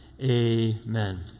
Amen